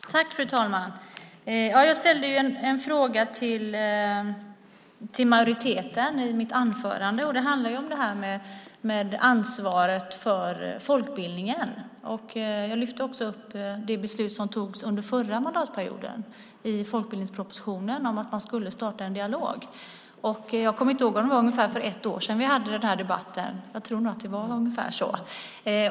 Fru talman! I mitt anförande ställde jag en fråga till majoriteten. Frågan gällde ansvaret för folkbildningen. Jag lyfte också fram det beslut som fattades förra mandatperioden när det gäller folkbildningspropositionen och förslaget om att starta en dialog. Jag minns inte, men det är väl ungefär ett år sedan vi hade en motsvarande debatt.